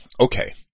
Okay